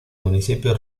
municipio